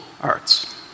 arts